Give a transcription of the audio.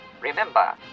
Remember